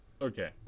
Okay